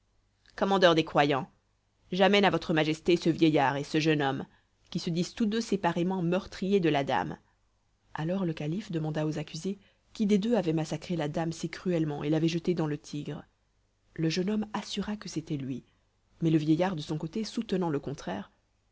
commandeur des croyants j'amène à votre majesté ce vieillard et ce jeune homme qui se disent tous deux séparément meurtriers de la dame alors le calife demanda aux accusés qui des deux avait massacré la dame si cruellement et l'avait jetée dans le tigre le jeune homme assura que c'était lui mais le vieillard de son côté soutenant le contraire